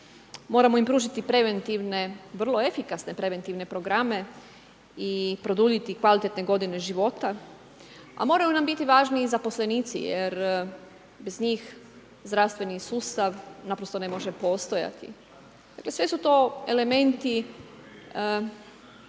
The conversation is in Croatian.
Moramo im pružiti preventivne vrlo efikasne preventivne programe i produljiti kvalitetne godine života, a moraju nam biti važni i zaposlenici jer bez njih zdravstveni sustav naprosto ne može postojati. Sve su to elementi